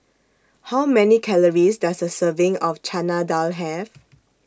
How Many Calories Does A Serving of Chana Dal Have